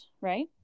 Right